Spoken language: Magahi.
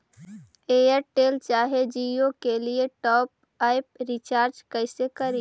एयरटेल चाहे जियो के लिए टॉप अप रिचार्ज़ कैसे करी?